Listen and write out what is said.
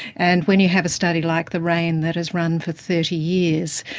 and when you have a study like the raine that has run for thirty years,